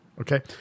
Okay